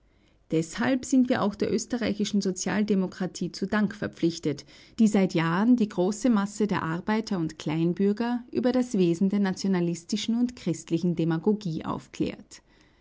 deshalb sind wir auch der österreichischen sozialdemokratie zu dank verpflichtet die seit jahren die große masse der arbeiter und kleinbürger über das wesen der nationalistischen und christlichen demagogie aufklärt